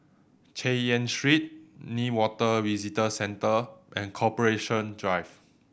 Chay Yan Street Newater Visitor Centre and Corporation Drive